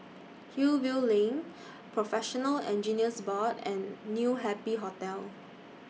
Hillview LINK Professional Engineers Board and New Happy Hotel